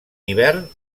hivern